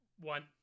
One